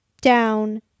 down